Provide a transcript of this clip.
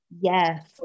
Yes